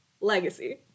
Legacy